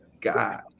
God